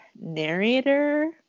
narrator